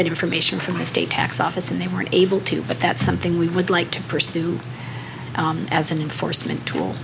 that information from the state tax office and they were able to but that's something we would like to pursue as an enforcement tool